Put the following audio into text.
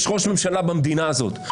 יש ראש ממשלה במדינה הזאת,